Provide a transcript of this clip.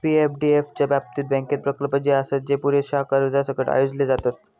पी.एफडीएफ च्या बाबतीत, बँकेत प्रकल्प जे आसत, जे पुरेशा कर्जासकट आयोजले जातत